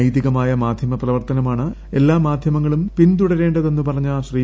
നൈതികമായ മാധ്യമ പ്രവർത്തനമാണ് എല്ലാ മാധ്യമങ്ങളും പിന്തുടരേണ്ടതെന്ന് പറഞ്ഞ ശ്രീ